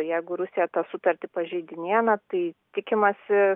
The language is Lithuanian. jeigu rusija tą sutartį pažeidinėja na tai tikimasi